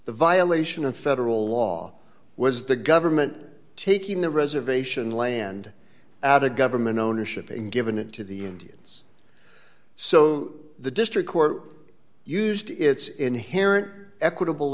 the violation of federal law was the government taking the reservation land now the government ownership and given it to the indians so the district court used its inherent equitable